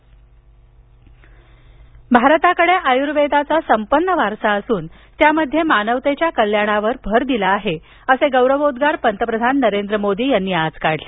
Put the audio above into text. पंतप्रधान आयर्वेद भारताकडे आयुर्वेदाचा संपन्न वारसा असून त्यामध्ये मानवतेच्या कल्याणावर भर दिला आहे असे गौरवोद्गार पंतप्रधान नरेंद्र मोदी यांनी आज काढले